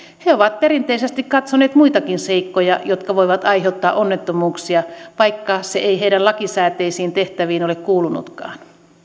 he ovat perinteisesti katsoneet muitakin seikkoja jotka voivat aiheuttaa onnettomuuksia vaikka se ei heidän lakisääteisiin tehtäviinsä ole kuulunutkaan